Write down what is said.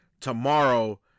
tomorrow